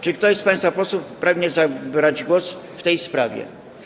Czy ktoś z państwa posłów pragnie zabrać głos w tej sprawie?